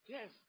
Yes